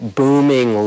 booming